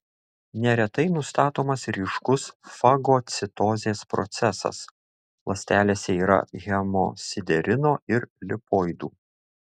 neretai nustatomas ryškus fagocitozės procesas ląstelėse yra hemosiderino ir lipoidų